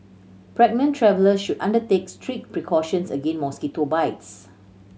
pregnant travellers should undertake strict precautions against mosquito bites